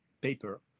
paper